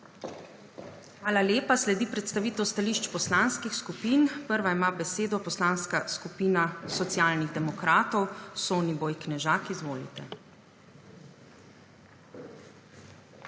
Hvala lepa. Sledi predstavitev stališč poslanskih skupin. Prva ima besedo Poslanska skupina Socialnih demokratov. Soniboj Knežak, izvolite.